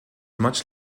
much